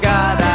God